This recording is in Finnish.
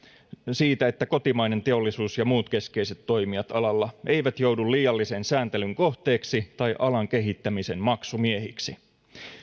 siitä että kotimainen teollisuus ja muut keskeiset toimijat alalla eivät joudu liiallisen sääntelyn kohteeksi tai alan kehittämisen maksumiehiksi